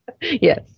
Yes